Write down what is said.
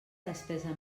despesa